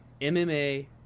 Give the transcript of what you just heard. MMA